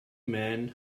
men